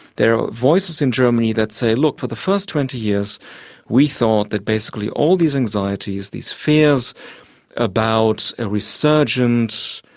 there are voices in germany that say, look, for the first twenty years we thought that basically all these anxieties, these fears about a resurgent,